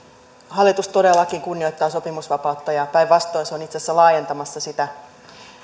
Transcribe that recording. hallitus todellakin kunnioittaa sopimusvapautta ja päinvastoin se on itse asiassa laajentamassa sitä